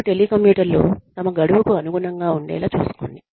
అప్పుడు టెలికమ్యూటర్లు తమ గడువుకు అనుగుణంగా ఉండేలా చూసుకోండి